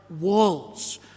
walls